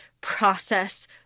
process